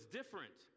different